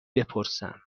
بپرسم